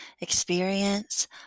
experience